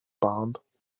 banned